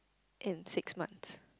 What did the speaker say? in six months